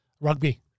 Rugby